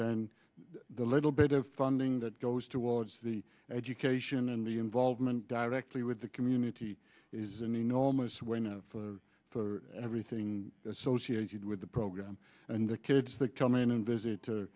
then the little bit of funding that goes towards the education and the involvement directly with the community is an enormous winner for everything associated with the program and the kids that come in and visit